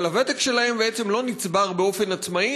אבל הוותק שלהם בעצם לא נצבר באופן עצמאי